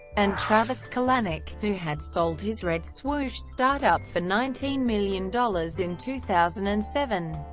and travis kalanick, who had sold his red swoosh startup for nineteen million dollars in two thousand and seven.